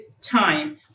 time